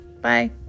Bye